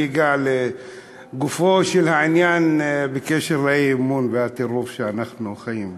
אגיע לגופו של העניין בנושא האי-אמון והטירוף שאנחנו חיים בו.